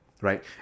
Right